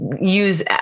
use